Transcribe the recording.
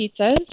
pizzas